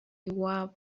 iwabo